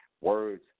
Words